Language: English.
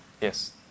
Yes